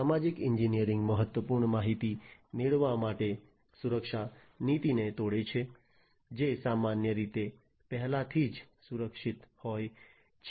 સામાજિક ઇજનેરી મહત્વપૂર્ણ માહિતી મેળવવા માટે સુરક્ષા નીતિને તોડે છે જે સામાન્ય રીતે પહેલાથી જ સુરક્ષિત હોય છે